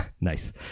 Nice